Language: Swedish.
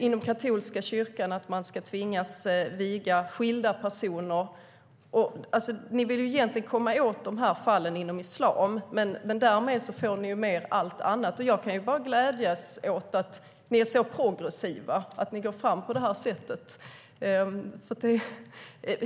Inom katolska kyrkan ska man tvingas att viga skilda personer. Ni vill egentligen komma åt fallen inom islam, och därmed får ni med allt annat. Jag kan bara glädjas åt att ni är så progressiva i och med att ni går fram på det här sättet.